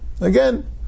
Again